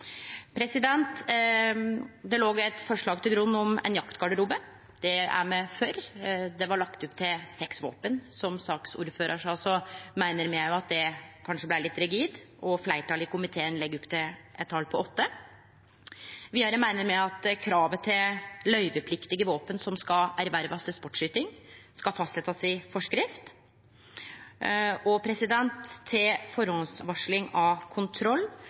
Det låg eit forslag til grunn om ein jaktvåpengarderobe. Det er me for. Det var lagt opp til seks våpen. Som saksordføraren sa, meiner me òg at det kanskje blei litt rigid, og fleirtalet i komiteen legg opp til eit tal på åtte. Vidare meiner me at kravet til løyvepliktige våpen ein ervervar til sportsskyting, blir fastsett i føreskrift. Til førehandsvarsling av kontroll har eg lyst til å gjenta noko av